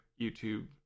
YouTube